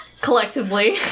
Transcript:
collectively